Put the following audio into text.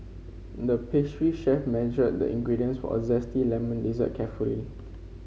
the pastry chef measured the ingredients for a zesty lemon dessert carefully